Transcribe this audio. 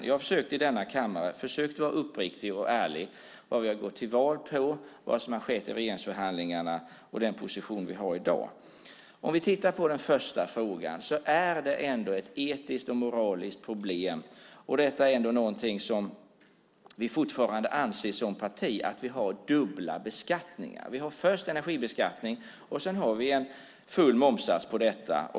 Jag har försökt att vara uppriktig och ärlig om vad vi har gått till val på, om vad som har skett i regeringsförhandlingarna och om den position vi har i dag. Den första frågan handlar om något som är ett etiskt och moraliskt problem. Vi anser som parti att det är ett problem att vi har dubbla beskattningar. Först har vi energibeskattning, och sedan tillkommer en full momssats på detta.